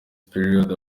period